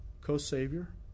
co-savior